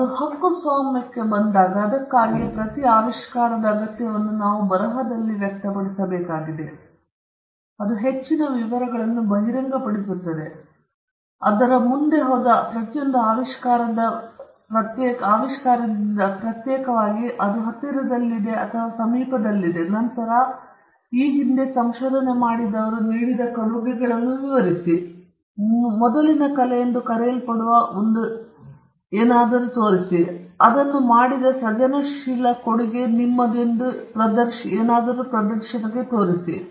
ಅದು ಹಕ್ಕುಸ್ವಾಮ್ಯಕ್ಕೆ ಬಂದಾಗ ಅದಕ್ಕಾಗಿಯೇ ಪ್ರತಿ ಆವಿಷ್ಕಾರದ ಅಗತ್ಯವನ್ನು ನಾವು ಬರಹದಲ್ಲಿ ವ್ಯಕ್ತಪಡಿಸಬೇಕಾಗಿದೆ ಅದು ಹೆಚ್ಚಿನ ವಿವರಗಳನ್ನು ಬಹಿರಂಗಪಡಿಸುತ್ತದೆ ಅದರ ಮುಂದೆ ಹೋದ ಪ್ರತಿಯೊಂದು ಆವಿಷ್ಕಾರದಿಂದ ಪ್ರತ್ಯೇಕವಾಗಿ ಅದು ಹತ್ತಿರದಲ್ಲಿದೆ ಅಥವಾ ಅದರ ಸಮೀಪದಲ್ಲಿದೆ ಮತ್ತು ನಂತರ ಈ ಹಿಂದೆ ಸಂಶೋಧನೆ ಮಾಡಿದವರು ನೀಡಿದ ಕೊಡುಗೆಗಳನ್ನು ವಿವರಿಸಿ ಮುಂಚಿನ ಕಲೆಯೆಂದು ಕರೆಯಲ್ಪಡುವ ಒಂದು ಶಬ್ದವು ಮೊದಲು ಉಲ್ಲೇಖಿಸಲ್ಪಟ್ಟಿದೆ ಮತ್ತು ನಂತರ ಅವನು ಮಾಡಿದ ಸೃಜನಶೀಲ ಕೊಡುಗೆಯನ್ನು ಏನು ಪ್ರದರ್ಶಿಸುತ್ತಿದೆ ಎಂಬುದನ್ನು ತೋರಿಸುತ್ತದೆ